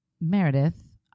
Meredith